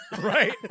Right